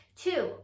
Two